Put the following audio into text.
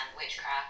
witchcraft